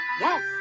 Yes